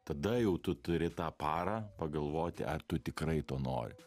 tada jau tu turi tą parą pagalvoti ar tu tikrai to nori